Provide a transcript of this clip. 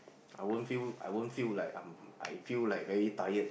I won't feel I won't feel like I'm I feel like very tired